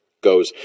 goes